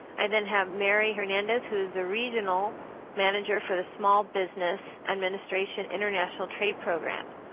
i then have mary hernandez, who is the regional manager for the small business administration international trade program.